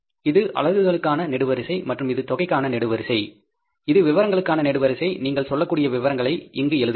இது அலகுகளுக்கான நெடுவரிசை மற்றும் இது தொகைக்கான நெடுவரிசை இது விவரங்களுக்கான நெடுவரிசை நீங்கள் சொல்லக்கூடிய விவரங்களை இங்கு எழுதுவீர்கள்